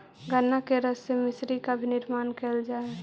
गन्ना के रस से मिश्री का भी निर्माण करल जा हई